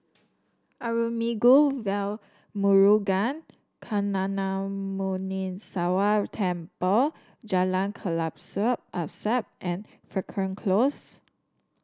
Arulmigu Velmurugan Gnanamuneeswarar Temple Jalan Kelabu Asap and Frankel Close